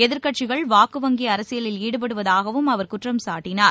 எதிர்க்கட்சிகள் வாக்கு வங்கி அரசியலில் ஈடுபடுவதாகவும் அவர் குற்றம் சாட்டினார்